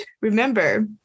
remember